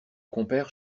compère